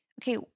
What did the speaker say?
okay